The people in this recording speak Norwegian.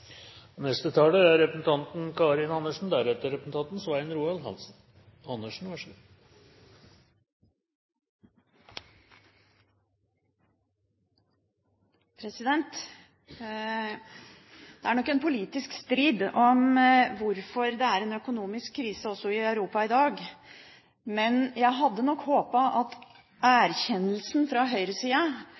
Det er nok politisk strid om hvorfor det er en økonomisk krise i Europa i dag, men jeg hadde nok håpet på en erkjennelse fra